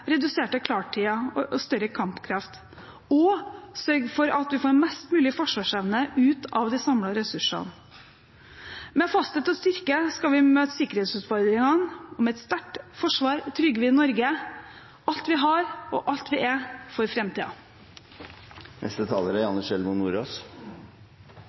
reduserte klartider og større kampkraft og sørge for at vi får mest mulig forsvarsevne ut av de samlede ressursene. Med fasthet og styrke skal vi møte sikkerhetsutfordringene. Med et sterkt forsvar trygger vi Norge – alt vi har, og alt vi er – for framtiden. Senterpartiet har vært, og er,